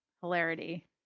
hilarity